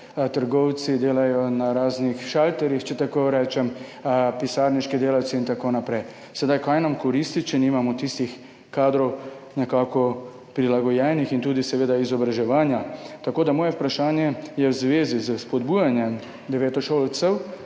trgovci, delajo na raznih šalterjih, če tako rečem, pisarniški delavci in tako naprej. Kaj nam koristi, če nimamo tistih kadrov nekako prilagojenih in seveda tudi izobraževanja? Moje vprašanje je v zvezi s spodbujanjem devetošolcev,